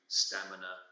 stamina